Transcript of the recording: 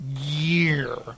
year